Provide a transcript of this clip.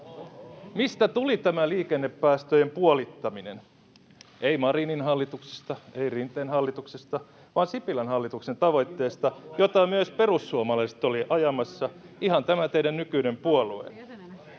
Mistä tuli tämä liikennepäästöjen puolittaminen? Ei Marinin hallituksesta, ei Rinteen hallituksesta vaan Sipilän hallituksen tavoitteesta, jota myös perussuomalaiset olivat ajamassa — ihan tämä teidän nykyinen puolueenne.